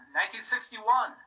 1961